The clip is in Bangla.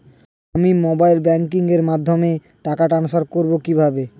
আমি মোবাইল ব্যাংকিং এর মাধ্যমে টাকা টান্সফার করব কিভাবে?